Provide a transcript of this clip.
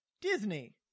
Disney